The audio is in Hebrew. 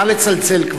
נא לצלצל.